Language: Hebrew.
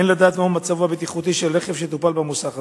אין לדעת מהו מצבו הבטיחותי של רכב שטופל במוסך כזה.